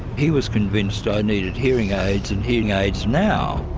he was convinced i needed hearing aids, and hearing aids now.